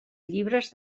llibres